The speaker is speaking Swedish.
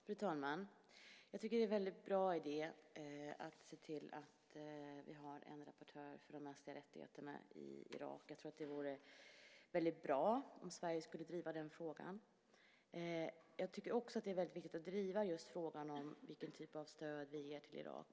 Fru talman! Jag tycker att det är en mycket bra idé att ha en rapportör för de mänskliga rättigheterna i Irak. Det vore bra om Sverige skulle driva den frågan. Det är också viktigt att driva frågan om vilken typ av stöd vi ger till Irak.